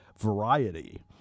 variety